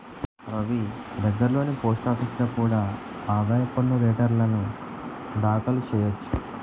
రవీ దగ్గర్లోని పోస్టాఫీసులో కూడా ఆదాయ పన్ను రేటర్న్లు దాఖలు చెయ్యొచ్చు